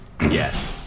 Yes